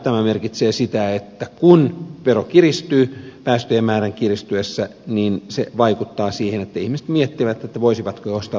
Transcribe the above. tämä merkitsee sitä että kun vero kiristyy päästöjen määrän kiristyessä se vaikuttaa siihen että ihmiset miettivät voisivatko ostaa vähempipäästöisen auton